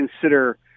consider